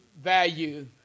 value